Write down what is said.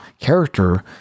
character